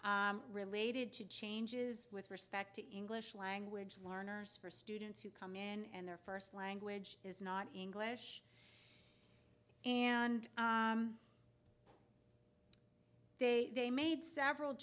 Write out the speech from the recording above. related to changes with respect to english language learners for students who come in and their first language is not english and they made several